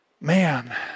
Man